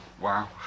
wow